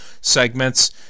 segments